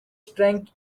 strength